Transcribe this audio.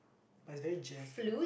but it's very jazz though